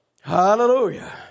hallelujah